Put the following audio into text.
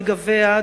רגביה,